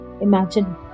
Imagine